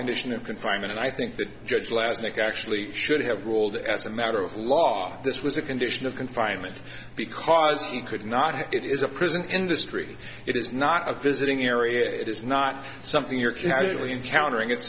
condition of confinement and i think the judge last night actually should have ruled as a matter of law this was a condition of confinement because you could not have it is a prison industry it is not a visiting area it is not something you're casually encountering it's